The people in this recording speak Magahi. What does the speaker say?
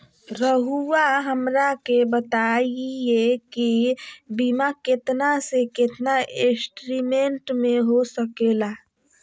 रहुआ हमरा के बताइए के बीमा कितना से कितना एस्टीमेट में हो सके ला?